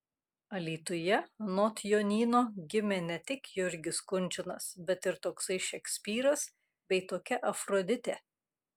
alytuje anot jonyno gimė ne tik jurgis kunčinas bet ir toksai šekspyras bei tokia afroditė